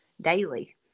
daily